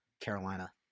Carolina